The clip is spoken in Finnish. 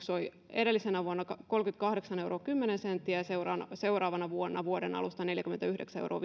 edellisenä vuonna kolmekymmentäkahdeksan euroa kymmenen senttiä ja seuraavana seuraavana vuonna vuoden alusta neljäkymmentäyhdeksän euroa